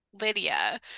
Lydia